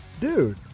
Dude